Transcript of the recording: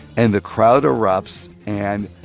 and the crowd erupts, and